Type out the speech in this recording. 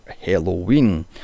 Halloween